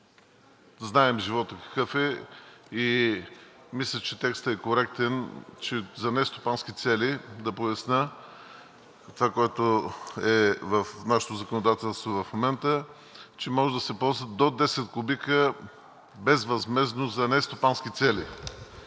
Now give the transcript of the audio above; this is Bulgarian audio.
знаем животът какъв е и мисля, че текстът е коректен, че за нестопански цели, да поясня това, което е в нашето законодателство в момента – че може да се ползват до 10 кубика безвъзмездно за нестопански цели.